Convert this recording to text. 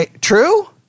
True